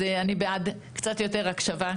אז אני בעד קצת יותר הקשבה,